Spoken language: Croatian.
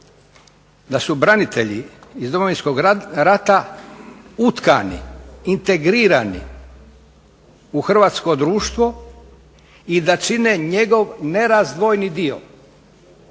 da su branitelji iz Domovinskog rata utkani, integrirani u hrvatsko društvo i da čine njegov nerazdvojni dio,